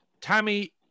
Tammy